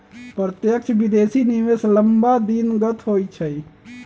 प्रत्यक्ष विदेशी निवेश लम्मा दिनगत होइ छइ